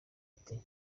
ati